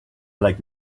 like